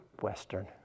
Western